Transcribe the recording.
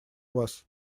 вас